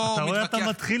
הוא ראה את התמונה